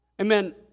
Amen